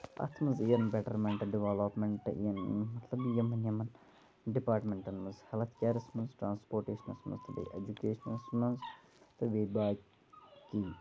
اَتھ منٛز یِینۍ بیٚٹرمیٚنٹ ڈیولپمیٚنٹ یِینۍ مطلب یِمن یِمن ڈِپارٹمیٚنٹَن منٛز ہیٚلٕتھ کِیرَس منٛز ٹرانٕسپوٹیشنَس منٛز تہٕ بیٚیہِ ایٚجوٗکیشنَس منٛز تہٕ بیٚیہِ باقٕے